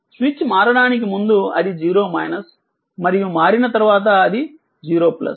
switch మారడానికి ముందు అది 0 మరియు మారిన తర్వాత అది 0